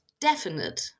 definite